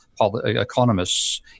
economists